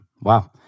Wow